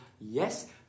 Yes